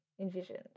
envisioned